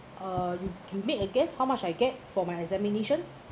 uh you you make a guess how much I get for my examination